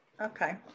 Okay